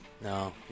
No